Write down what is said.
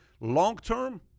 long-term